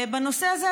בנושא הזה,